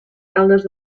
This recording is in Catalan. caldes